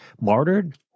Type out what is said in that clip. martyred